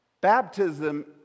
Baptism